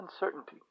uncertainty